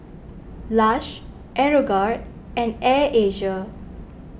Lush Aeroguard and Air Asia